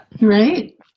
Right